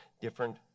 different